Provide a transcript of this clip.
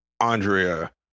Andrea